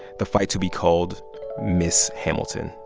the fight to be called miss hamilton,